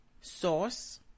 sauce